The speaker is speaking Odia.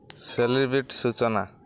ସେଲିବ୍ରିଟ ସୂଚନା